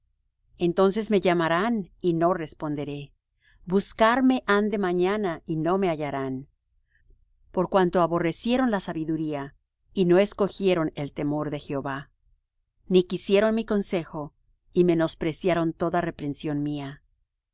entonces me llamarán y no responderé buscarme han de mañana y no me hallarán por cuanto aborrecieron la sabiduría y no escogieron el temor de jehová ni quisieron mi consejo y menospreciaron toda reprensión mía